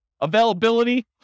Availability